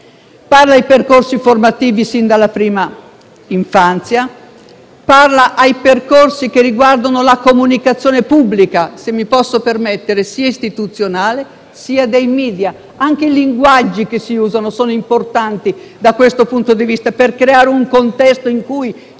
parla ai percorsi formativi sin dalla prima infanzia; ai percorsi che riguardano la comunicazione pubblica - se mi posso permettere - sia istituzionale sia dei *media*. Anche i linguaggi che si usano sono importanti da questo punto di vista per creare un contesto in cui